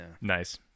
Nice